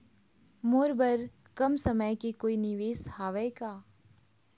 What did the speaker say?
मोर बर कम समय के कोई निवेश हावे का?